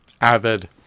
avid